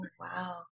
wow